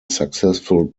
successful